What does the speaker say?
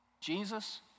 Jesus